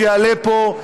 שיעלה פה,